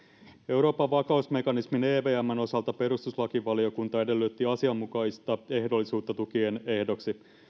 euroopan vakausmekanismin evmn osalta perustuslakivaliokunta edellytti asianmukaista ehdollisuutta tukien ehdoksi